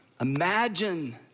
Imagine